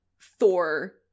Thor